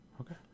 Okay